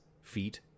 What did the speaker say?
feet